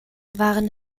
waren